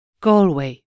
Galway